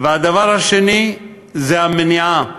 והדבר השני זה המניעה.